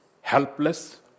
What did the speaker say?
helpless